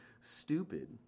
stupid